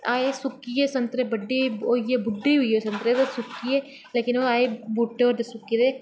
ऐहीं सुक्कियै संतरे बड्डे होइये बुड्ढे होइये संतरे सुक्की गे ते ओह् ऐहीं बी संतरे बूह्टे पर सुक्की गेदे